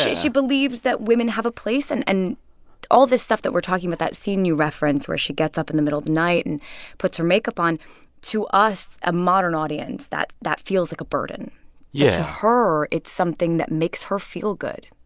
she believes that women have a place and and all this stuff that we're talking about that scene you reference where she gets up in the middle of night and puts her makeup on to us, a modern audience, that that feels like a burden yeah but to her, it's something that makes her feel good.